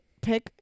pick